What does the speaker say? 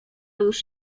już